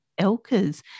Elkers